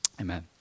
Amen